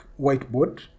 whiteboard